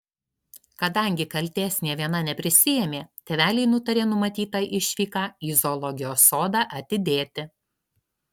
kadangi kaltės nė viena neprisiėmė tėveliai nutarė numatytą išvyką į zoologijos sodą atidėti